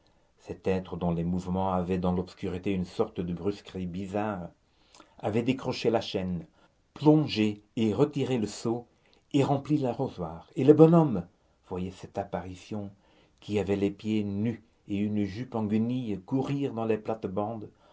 cet être dont les mouvements avaient dans l'obscurité une sorte de brusquerie bizarre avait décroché la chaîne plongé et retiré le seau et rempli l'arrosoir et le bonhomme voyait cette apparition qui avait les pieds nus et une jupe en guenilles courir dans les plates-bandes